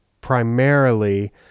primarily